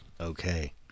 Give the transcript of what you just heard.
okay